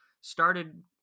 started